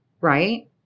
right